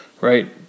right